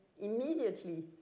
immediately